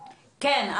כן,